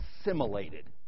assimilated